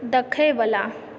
देखयवला